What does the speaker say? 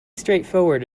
straightforward